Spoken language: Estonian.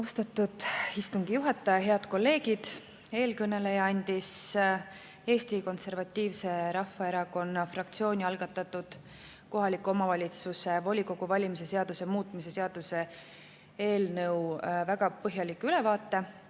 Austatud istungi juhataja! Head kolleegid! Eelkõneleja andis Eesti Konservatiivse Rahvaerakonna fraktsiooni algatatud kohaliku omavalitsuse volikogu valimise seaduse muutmise seaduse eelnõust väga põhjaliku ülevaate